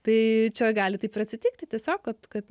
tai čia gali taip atsitikti tiesiog vat kad